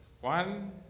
One